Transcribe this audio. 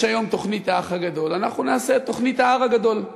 יש היום תוכנית "האח הגדול"; אנחנו נעשה את תוכנית "ההר הגדול":